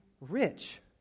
rich